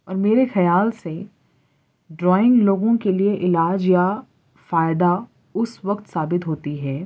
اور میرے خیال سے ڈرائنگ لوگوں کے لیے علاج یا فائدہ اس وقت ثابت ہوتی ہے